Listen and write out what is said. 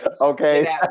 Okay